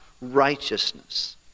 righteousness